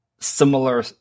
similar